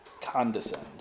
condescend